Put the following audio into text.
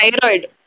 thyroid